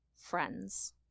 friends